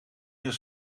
meer